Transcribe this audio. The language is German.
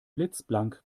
blitzblank